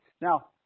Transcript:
Now